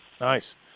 Nice